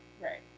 Right